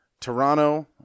Toronto